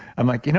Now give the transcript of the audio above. i'm like, you know